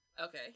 Okay